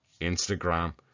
instagram